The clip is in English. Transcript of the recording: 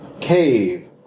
cave